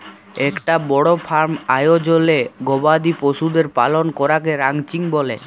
একটা বড় ফার্ম আয়জলে গবাদি পশুদের পালন করাকে রানচিং ব্যলে